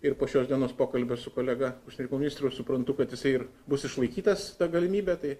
ir po šios dienos pokalbio su kolega užsienio reikalų ministru suprantu kad jisai ir bus išlaikytas ta galimybė tai